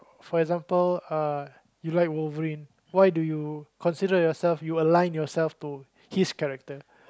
for example uh you like wolverine why do you consider yourself you align yourself to his character